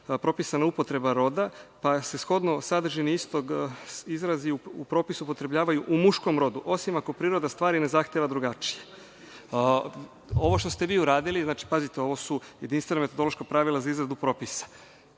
propisana upotreba roda, pa se shodno sadržini istog izrazi u propisu upotrebljavaju u muškom rodu, osim ako priroda stvari ne zahteva drugačije. Ovo što ste vi uradili, pazite, ovo su jedinstvena metodološka pravila za izradu propisa,